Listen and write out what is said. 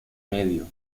medio